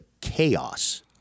chaos